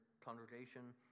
congregation